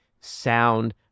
sound